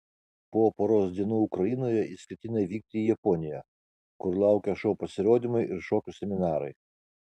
po poros dienų ukrainoje jis ketina vykti į japoniją kur laukia šou pasirodymai ir šokių seminarai